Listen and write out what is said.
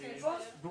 היה מאוד עצוב